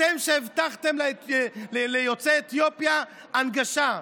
אתם שהבטחתם ליוצאי אתיופיה הנגשה,